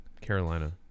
Carolina